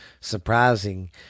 surprising